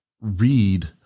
read